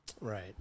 Right